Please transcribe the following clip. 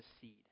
seed